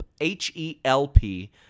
H-E-L-P